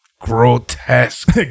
grotesque